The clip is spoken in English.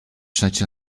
such